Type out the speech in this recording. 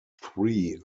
three